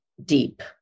deep